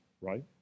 right